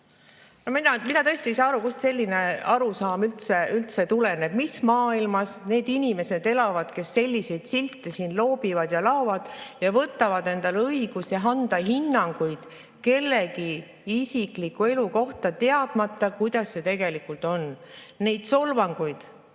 Mina tõesti ei saa aru, kust selline arusaam üldse tuleb. Mis maailmas need inimesed elavad, kes selliseid silte loobivad ja laovad ja võtavad endale õiguse anda hinnanguid kellegi isikliku elu kohta, teadmata, kuidas see tegelikult on? Neid solvanguid